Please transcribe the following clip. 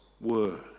word